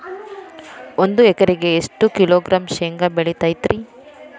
ಒಂದು ಎಕರೆಗೆ ಎಷ್ಟು ಕಿಲೋಗ್ರಾಂ ಶೇಂಗಾ ಬೇಕಾಗತೈತ್ರಿ?